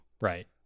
Right